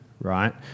right